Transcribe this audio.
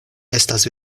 estas